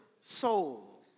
soul